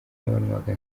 yabonwaga